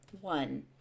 One